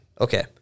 Okay